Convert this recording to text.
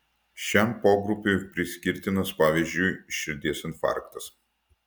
šiam pogrupiui priskirtinas pavyzdžiui širdies infarktas